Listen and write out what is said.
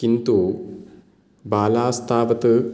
किन्तु बालास्तावत्